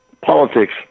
Politics